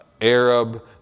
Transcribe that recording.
Arab